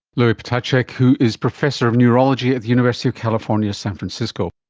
louis ptacek who is professor of neurology at the university of california, san francisco